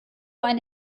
ein